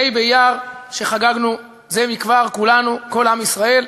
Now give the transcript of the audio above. ה' באייר, שחגגנו זה מכבר כולנו, כל עם ישראל,